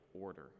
order